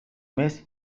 mês